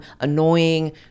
annoying